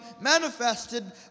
manifested